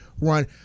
run